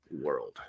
world